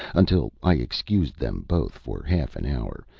until i excused them both for half an hour,